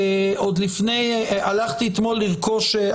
הלכתי אתמול לרכוש,